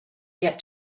get